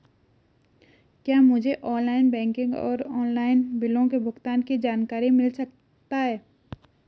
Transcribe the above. क्या मुझे online banking और ऑनलाइन बिलों के भुगतान की जानकारी मिल सकता है?